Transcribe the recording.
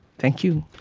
thank you.